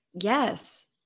Yes